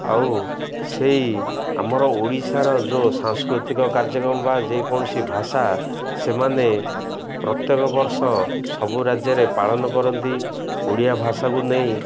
ଆଉ ସେଇ ଆମର ଓଡ଼ିଶାର ଯେଉଁ ସାଂସ୍କୃତିକ କାର୍ଯ୍ୟକ୍ରମ ବା ଯେକୌଣସି ଭାଷା ସେମାନେ ପ୍ରତ୍ୟେକ ବର୍ଷ ସବୁ ରାଜ୍ୟରେ ପାଳନ କରନ୍ତି ଓଡ଼ିଆ ଭାଷାକୁ ନେଇ